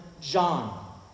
John